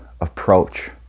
approach